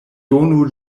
donu